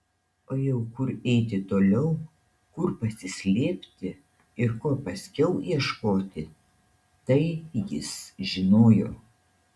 o jau kur eiti toliau kur pasislėpti ir ko paskiau ieškoti tai jis žinojo